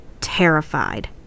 terrified